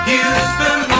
Houston